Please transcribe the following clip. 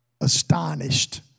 astonished